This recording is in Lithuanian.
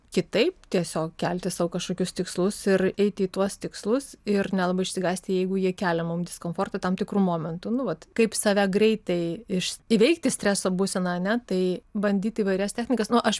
kitaip tiesiog kelti sau kažkokius tikslus ir eiti į tuos tikslus ir nelabai išsigąsti jeigu jie kelia mum diskomfortą tam tikru momentu nu vat kaip save greitai iš įveikti streso būseną ar ne tai bandyt įvairias technikas nu aš